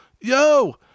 Yo